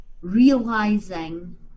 realizing